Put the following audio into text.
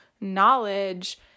knowledge